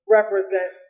represent